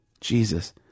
Jesus